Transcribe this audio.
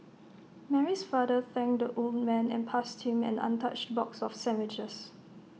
Mary's father thanked the old man and passed him an untouched box of sandwiches